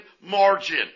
margin